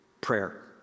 Prayer